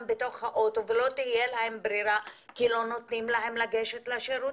בתוך האוטו ולא תהיה להם ברירה כי לא נותנים להם לגשת לשירותים.